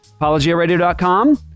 ApologiaRadio.com